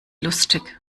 lustig